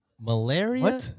malaria